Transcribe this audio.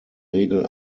regel